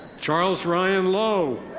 charles ryan lowe.